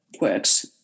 works